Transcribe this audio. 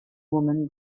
woman